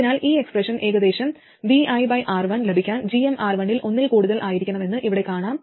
അതിനാൽ ഈ എക്സ്പ്രഷൻ ഏകദേശം ViR1 ലഭിക്കാൻ gmR1 ഒന്നിൽ കൂടുതൽ ആയിരിക്കണമെന്ന് ഇവിടെ കാണാം